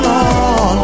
on